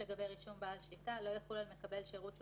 לגבי בעל שליטה בתאגיד.